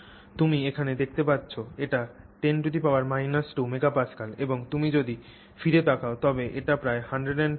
তুমি এখানে দেখতে পাচ্ছ এটি 10 2 MPa এবং তুমি যদি ফিরে তাকাও তবে এটি প্রায় 102 MPa